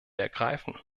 ergreifen